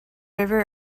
river